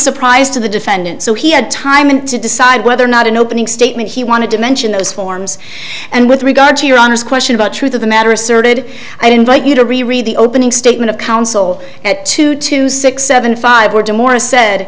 surprise to the defendant so he had time to decide whether or not in opening statement he wanted to mention those forms and with regard to your honor's question about truth of the matter asserted i invite you to reread the opening statement of counsel at two to six seven five were jim morris said